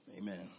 Amen